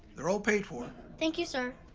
they're all paid for. thank you, sir.